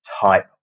type